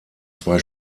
zwei